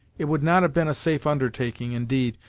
it would not have been a safe undertaking, indeed,